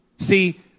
See